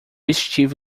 estive